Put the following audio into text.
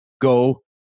Go